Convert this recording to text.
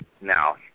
Now